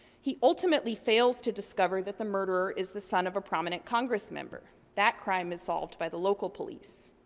he ultimately fails to discover that the murderer is the son of a prominent congress member. that crime is solved by the local police.